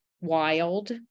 wild